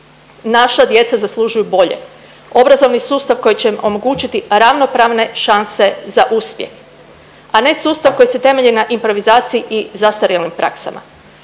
Naša djeca zaslužuju bolje, obrazovni sustav koji će im omogućiti ravnopravne šanse za uspjeh, a ne sustav koji se temelji na improvizaciji i zastarjelim praksama.